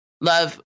love